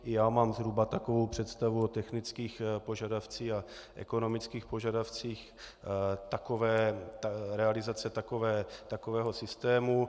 Já mám zhruba takovou představu o technických požadavcích a ekonomických požadavcích realizace takového systému.